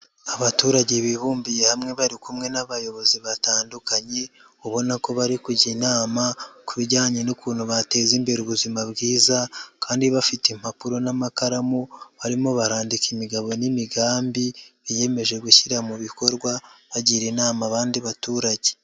Abaturage bibumbiye hamwe bari kumwe n'abayobozi batandukanye, ubona ko bari kujya inama, ku bijyanye n'ukuntu bateza imbere ubuzima bwiza kandi bafite impapuro n'amakaramu, barimo barandika imigabo n'imigambi biyemeje gushyira mu bikorwa bagira inama abandi baturage.